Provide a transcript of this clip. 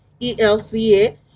ELCA